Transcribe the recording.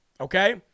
Okay